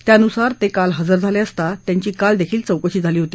त्यानुसार ते काल हजर झाले असता त्यांची कालही चौकशी झाली होती